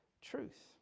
truth